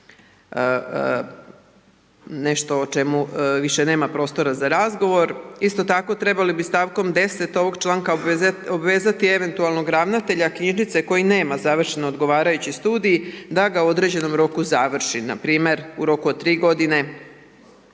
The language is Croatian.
nešto o čemu više nema prostora za razgovor. Isto tako trebali bi stavkom 10. ovog članka obvezati eventualnog ravnatelja knjižnice koji nema završeni odgovarajući studij da ga u određenom roku završi npr. u roku od 3 godine